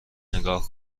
نگاه